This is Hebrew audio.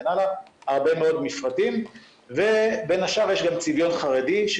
הרבה מאוד מפרטים ובין השאר יש גם צביון חרדי,